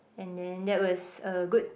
and then that was a good